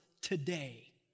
today